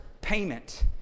payment